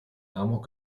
amok